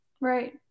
Right